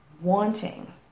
wanting